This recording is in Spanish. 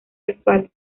sexuales